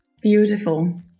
Beautiful